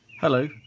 Hello